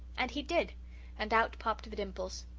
and he did and out popped the dimples.